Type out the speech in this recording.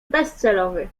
bezcelowy